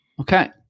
Okay